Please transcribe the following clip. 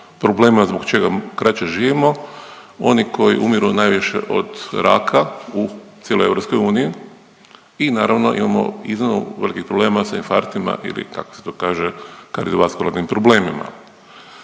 problemima zbog čega kraće živimo, oni koji umiru najviše od raka u cijeloj EU i naravno imamo iznimno velikih problema sa infarktima ili kako se to kaže, kardiovaskularnim problemima.